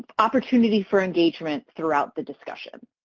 opportunity for engagement throughout the discussion.